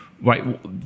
right